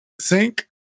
sink